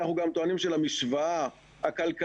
אנחנו גם טוענים שלמשוואה הכלכלית,